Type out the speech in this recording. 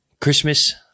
Christmas